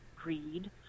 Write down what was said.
Greed